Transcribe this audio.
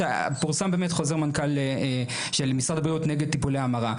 שפורסם באמת חוזר מנכ"ל של משרד הבריאות נגד טיפולי המרה,